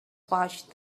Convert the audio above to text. pouch